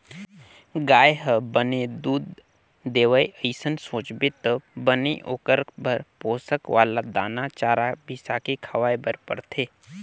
गाय ह बने दूद देवय अइसन सोचबे त बने ओखर बर पोसक वाला दाना, चारा बिसाके खवाए बर परथे